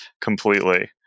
completely